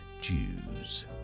Jews